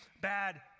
bad